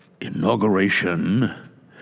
Inauguration